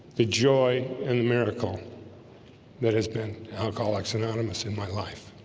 the joy and the miracle that has been alcoholics anonymous in my life